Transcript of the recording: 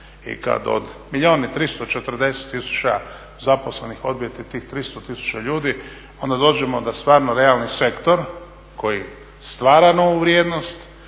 I kad od milijun i 340 tisuća zaposlenih odbijete tih 300 tisuća ljudi onda dođemo da stvarno realni sektor koji stvara novu vrijednost